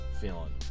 feeling